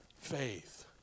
faith